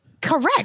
correct